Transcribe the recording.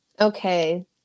Okay